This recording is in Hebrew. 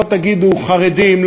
לא תגידו: חרדים,